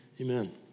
amen